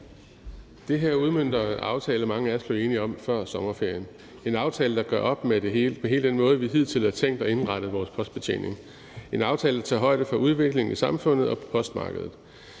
Det her udmønter en aftale, mange af os blev enige om før sommerferien – en aftale, der gør op med den måde, vi hidtil har tænkt og indrettet vores postbetjening på, og en aftale, der tager højde for udviklingen i samfundet og på postmarkedet,